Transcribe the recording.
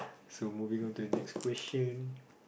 so moving on to a next question